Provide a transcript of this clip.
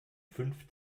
fünf